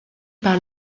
par